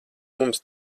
mums